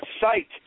site